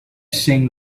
sing